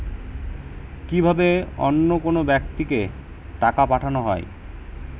কি ভাবে অন্য কোনো ব্যাক্তিকে টাকা পাঠানো হয়?